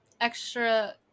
extra